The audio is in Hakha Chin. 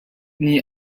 nih